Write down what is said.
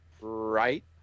right